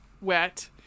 wet